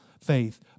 Faith